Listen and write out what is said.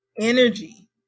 energy